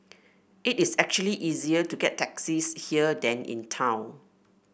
it is actually easier to get taxis here than in town